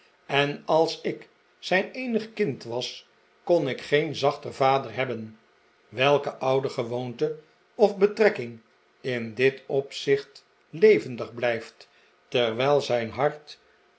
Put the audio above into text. en als ik zijn eenig kind was kon ik geen zachter vader hebben welke oude gewoonte of betrekking in dit opzicht levendig blijft terwijl zijn hart